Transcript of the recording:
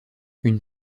une